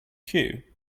cue